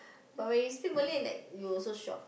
but when you speak Malay like you also shock